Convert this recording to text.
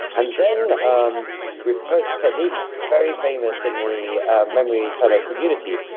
and then um we've proposed a technique very famous in the memory kind of community,